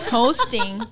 hosting